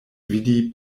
vidi